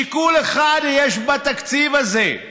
שיקול אחד יש בתקציב הזה: